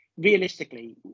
Realistically